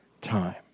time